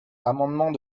amendement